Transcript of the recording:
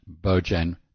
Bojan